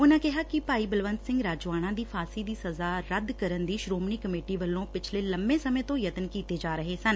ਉਨ੍ਨਾ ਕਿਹਾ ਕਿ ਭਾਈ ਬਲਵੰਤ ਸਿੰਘ ਰਾਜੋਆਣਾ ਦੀ ਫਾਸੀ ਦੀ ਸਜਾ ਰੱਦ ਕਰਨ ਲਈ ਸ਼ੋਮਣੀ ਕਮੇਟੀ ਵਲੋਂ ਪਿਛਲੇ ਲੰਬੇ ਸਮੇਂ ਤੋਂ ਯਤਨ ਕੀਤੇ ਜਾ ਰਹੇ ਸਨ